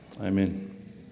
amen